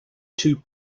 too